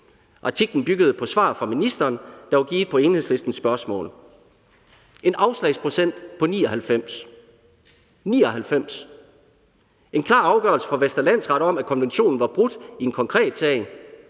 Artiklen byggede på svar fra ministeren, der var givet på Enhedslistens spørgsmål. En afslagsprocent på 99 – 99! Der var en klar afgørelse fra Vestre Landsret om, at konventionen var brudt i en konkret sag,